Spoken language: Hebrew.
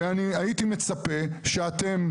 והייתי מצפה שאתם,